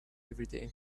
everyday